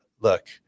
look